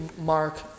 mark